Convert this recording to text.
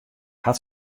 hat